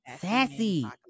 Sassy